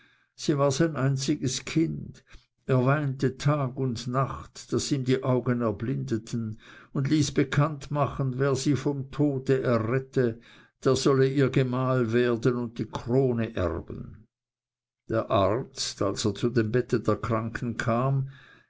sie war sein einziges kind er weinte tag und nacht daß ihm die augen erblindeten und ließ bekanntmachen wer sie vom tode errettete der sollte ihr gemahl werden und die krone erben der arzt als er zu dem bette der kranken kam